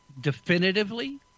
definitively